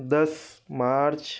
دس March